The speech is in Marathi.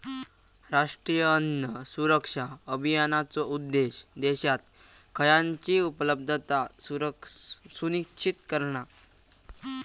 राष्ट्रीय अन्न सुरक्षा अभियानाचो उद्देश्य देशात खयानची उपलब्धता सुनिश्चित करणा